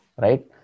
right